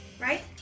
Right